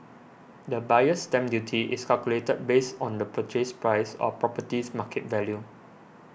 the Buyer's Stamp Duty is calculated based on the Purchase Price or property's market value